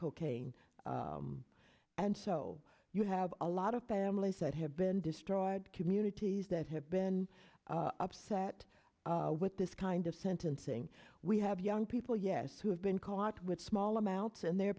cocaine and so you have a lot of families that have been destroyed communities that have been upset with this kind of sentencing we have young people yes who have been caught with small amounts in their